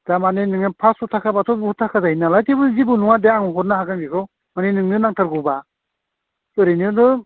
दा माने नोङो फास्स' थाखाब्लाथ' बुहुद थाखा जायो नालाय थेवबो जेबो नङा दे आं हरनो हागोन बेखौ माने नोंनो नांथारगौब्ला ओरैनोथ'